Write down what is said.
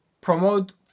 promote